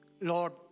Lord